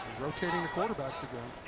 rotating the quarterback.